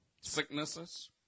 Sicknesses